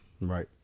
Right